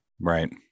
Right